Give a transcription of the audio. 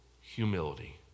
humility